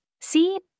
See